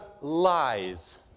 lies